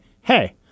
hey